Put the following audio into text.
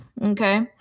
Okay